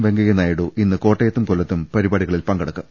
വെങ്കയ്യ നായിഡു ഇന്ന് കോട്ടയത്തും കൊല്ലത്തും പരിപാടികളിൽ പങ്കെടുക്കും